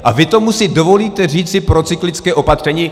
A vy tomu si dovolíte říci procyklické opatření?